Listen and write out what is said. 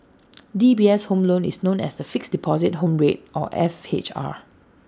DBS' home loan is known as the Fixed Deposit Home Rate or F H R